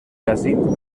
jacint